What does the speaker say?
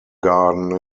garden